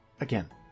again